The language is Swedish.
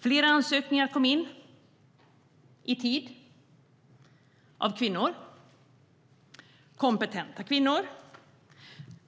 Flera ansökningar av kompetenta kvinnor kom in i tid.